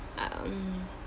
um